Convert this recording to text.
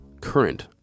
current